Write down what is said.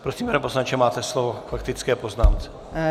Prosím, pane poslanče, máte slovo k faktické poznámce.